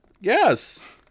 Yes